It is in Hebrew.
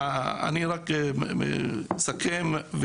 לסיכום.